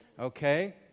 Okay